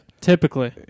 typically